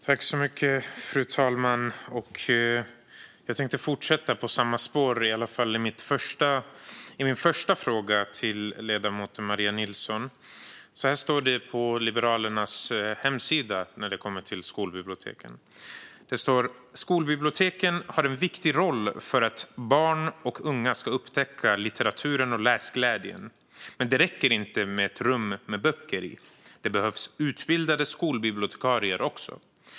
Fru talman! Jag tänkte fortsätta på samma spår i min första fråga till ledamoten Maria Nilsson. Så här står det på Liberalernas hemsida när det gäller skolbiblioteken: "Skolbiblioteken har en viktig roll för att barn och unga ska upptäcka litteraturen och läsglädjen. Men det räcker inte med ett rum med böcker i, det behövs utbildade skolbibliotekarier också.